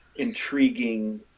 intriguing